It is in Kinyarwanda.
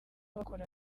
bakora